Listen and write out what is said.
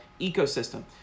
ecosystem